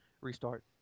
restart